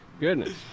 goodness